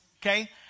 okay